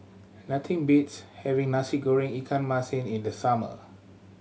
nothing beats having Nasi Goreng ikan masin in the summer